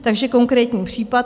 Takže konkrétní případ.